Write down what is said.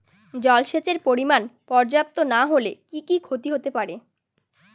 জলসেচের পরিমাণ পর্যাপ্ত না হলে কি কি ক্ষতি হতে পারে?